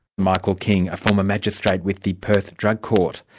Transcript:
michael king. a former magistrate with the perth drug court.